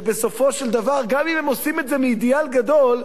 ובסופו של דבר גם אם הם עושים את זה מאידיאל גדול,